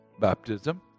Baptism